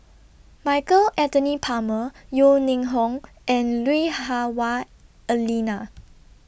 Michael Anthony Palmer Yeo Ning Hong and Lui Hah Wah Elena